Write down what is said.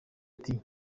ati